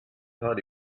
thought